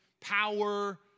power